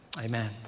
amen